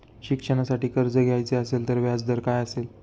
शिक्षणासाठी कर्ज घ्यायचे असेल तर व्याजदर काय असेल?